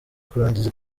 kurangiza